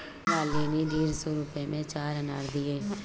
फल वाले ने डेढ़ सौ रुपए में चार अनार दिया